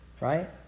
right